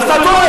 אז אתה טועה.